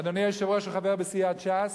ואדוני היושב-ראש הוא חבר בסיעת ש"ס,